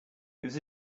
was